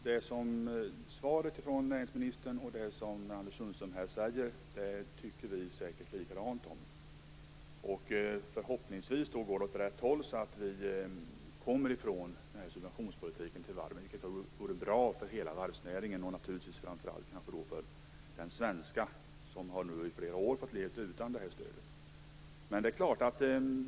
Fru talman! Det som sägs i svaret och det som näringsministern sedan har sagt har jag samma uppfattning om. Förhoppningsvis går det åt rätt håll, så att vi kommer ifrån subventionspolitiken till varven. Det vore bra för hela varvsnäringen och naturligtvis framför allt för den svenska som under flera år har fått leva utan detta stöd.